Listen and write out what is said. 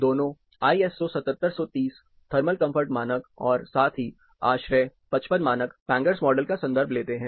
दोनों ISO 7730 thermal comfort मानक और साथ ही आश्रय 55 मानक फैंगर्स मॉडल का संदर्भ लेते हैं